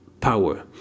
power